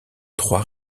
trois